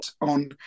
on